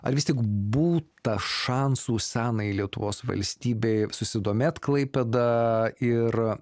ar vis tik būta šansų senajai lietuvos valstybei susidomėt klaipėda ir